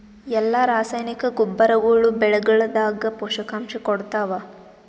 ಎಲ್ಲಾ ರಾಸಾಯನಿಕ ಗೊಬ್ಬರಗೊಳ್ಳು ಬೆಳೆಗಳದಾಗ ಪೋಷಕಾಂಶ ಕೊಡತಾವ?